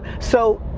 so.